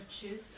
choose